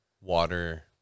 water